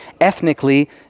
ethnically